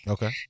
Okay